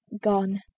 gone